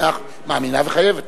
מאמינה וחייבת.